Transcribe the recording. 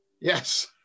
Yes